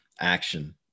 action